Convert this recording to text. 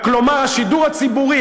כלומר השידור הציבורי,